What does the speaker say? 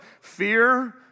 fear